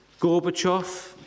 Gorbachev